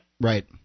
right